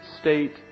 state